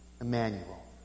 Emmanuel